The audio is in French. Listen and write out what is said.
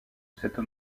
cette